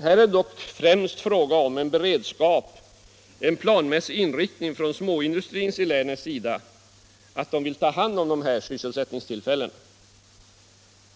Här är det dock främst fråga om en beredskap och en planmässig inriktning från småindustrin i länet att ta hand om dessa sysselsättningstillfällen.